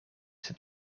sed